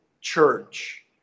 church